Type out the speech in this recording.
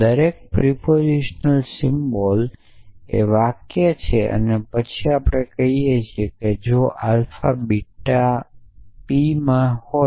દરેક પ્રસ્તાવનાત્મક સિમ્બલ્સ એ વાક્ય છે અને પછી આપણે કહીએ છીએ કે જો આલ્ફા બીટા p માં હોય